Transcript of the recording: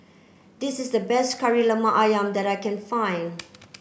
this is the best Kari Lemak Ayam that I can find